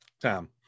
Tom